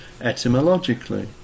etymologically